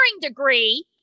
degree